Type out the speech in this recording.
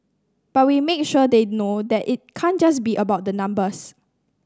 but we make sure they know that it can't just be about the numbers